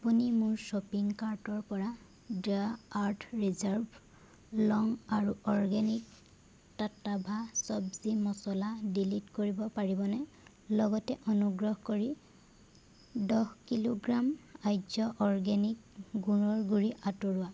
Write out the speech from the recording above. আপুনি মোৰ শ্বপিং কাৰ্টৰ পৰা দ্য আৰ্থ ৰিজাৰ্ভ লং আৰু অৰ্গেনিক টাট্টাভা চব্জি মছলা ডিলিট কৰিব পাৰিবনে লগতে অনুগ্ৰহ কৰি দহ কিলোগ্ৰাম আয্য় অৰ্গেনিক গুড়ৰ গুড়ি আঁতৰোৱা